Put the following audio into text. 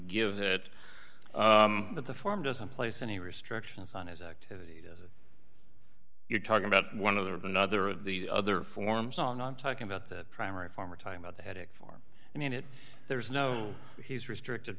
give it but the form doesn't place any restrictions on his activities you're talking about one of the another of the other forms on i'm talking about the primary farmer talking about the headache for i mean it there's no he's restricted